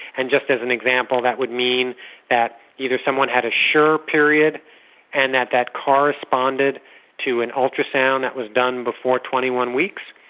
and just as an example that would mean that either someone had a sure period and that that corresponded to an ultrasound that was done before twenty one weeks,